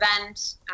event